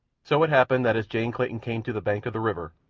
so it happened that as jane clayton came to the bank of the river,